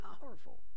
powerful